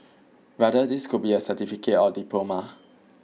rather this could be a certificate or diploma